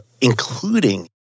including